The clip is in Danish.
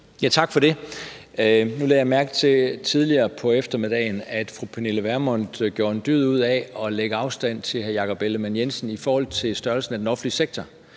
Tak for det. Nu lagde jeg mærke til tidligere på eftermiddagen, at fru Pernille Vermund gjorde en dyd ud af at lægge afstand til hr. Jakob Ellemann-Jensen i forhold til størrelsen af den offentlige sektor.